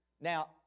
Now